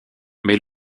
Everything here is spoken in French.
mais